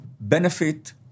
benefit